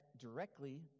directly